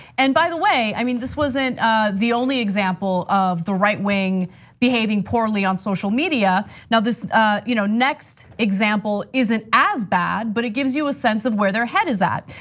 and by the way, i mean, this wasn't the only example of the right wing behaving poorly on social media. now this you know next example isn't as bad, but it gives you a sense of where their head is at.